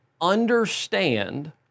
understand